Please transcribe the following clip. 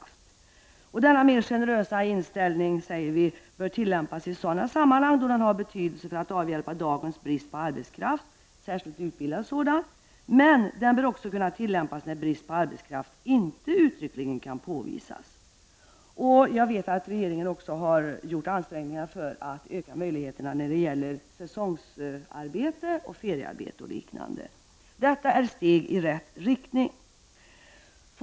Vi säger att denna mer generösa inställning bör tillämpas i sådana sammanhang då den har betydelse för att avhjälpa dagens brist på arbetskraft, särskilt utbildad sådan, men den bör också kunna tillämpas när brist på arbetskraft inte uttryckligen kan påvisas. Jag vet att regeringen också har gjort ansträngningar för att förbättra möjligheterna när det gäller säsongsarbete, feriearbete och liknande. Detta är steg i rätt riktning.